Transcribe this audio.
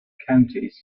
counties